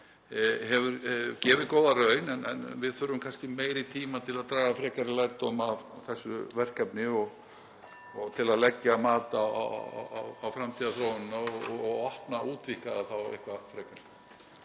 gefið góða raun en við þurfum kannski meiri tíma til að draga frekari lærdóm af þessu verkefni og til að leggja mat á framtíðarþróun og útvíkka það eitthvað frekar.